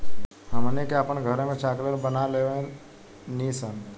हमनी के आपन घरों में चॉकलेट बना लेवे नी सन